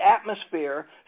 atmosphere